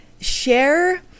share